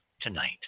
tonight